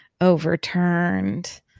overturned